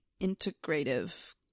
integrative